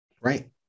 right